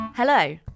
Hello